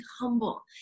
humble